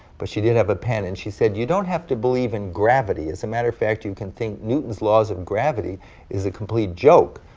but she did have a pen, and she said, you don't have to believe in gravity, as a matter of fact, you can think newton's laws of gravity is a complete joke,